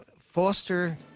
foster